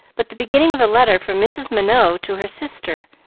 but the beginning of a letter from mrs. minot to her sister,